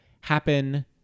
happen